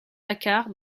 dakar